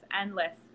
endless